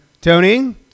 Tony